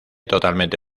totalmente